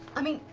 i mean,